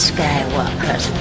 Skywalker's